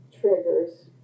triggers